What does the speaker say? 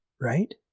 right